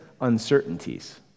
uncertainties